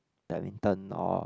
badminton or